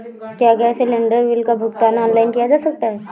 क्या gas cylinder bill का भुगतान ऑनलाइन किया जा सकता है?